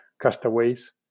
castaways